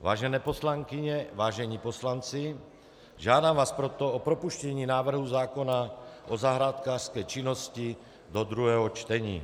Vážené poslankyně, vážení poslanci, žádám vás proto o propuštění návrhu zákona o zahrádkářské činnosti do druhého čtení.